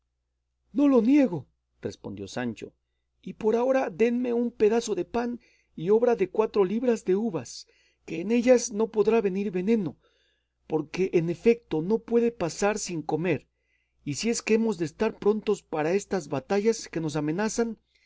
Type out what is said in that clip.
no lo niego respondió sancho y por ahora denme un pedazo de pan y obra de cuatro libras de uvas que en ellas no podrá venir veneno porque en efecto no puedo pasar sin comer y si es que hemos de estar prontos para estas batallas que nos amenazan